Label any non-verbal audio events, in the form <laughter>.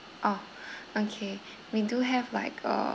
oh <breath> okay we do have like a